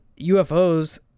UFOs